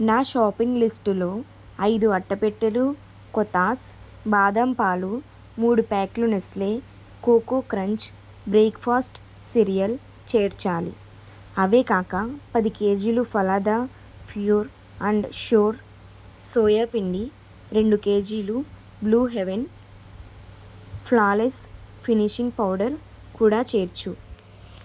నా షాపింగ్ లిస్టులో ఐదు అట్టపెట్టెలు కొతాస్ బాదంపాలు మూడు ప్యాకులు Nestle Koko Krunch breakfast cereal చేర్చాలి అవే కాక పది కేజీలు Phalada pure and sure soya పిండి రెండు కేజీలు Blue Heaven flawless finishing powder కూడా చేర్చు